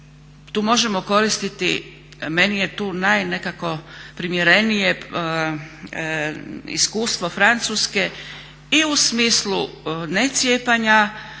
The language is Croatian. Tu možemo koristiti, meni je tu naj nekako primjerenije iskustvo Francuske i u smislu necijepanja